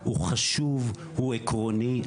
הוא חשוב, הוא עקרוני.